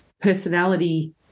personality